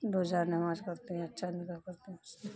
روزہ نماز کرتے ہیں اچھا کرتے ہیں